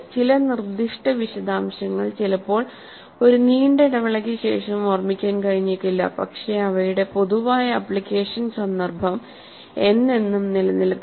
ചില നിർദ്ദിഷ്ട വിശദാംശങ്ങൾ ചിലപ്പോൾ ഒരു നീണ്ട ഇടവേളയ്ക്ക് ശേഷം ഓർമിക്കാൻ കഴിഞ്ഞേക്കില്ല പക്ഷേ അവയുടെ പൊതുവായ ആപ്ലിക്കേഷൻ സന്ദർഭം എന്നെന്നും നിലനിൽക്കും